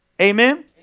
Amen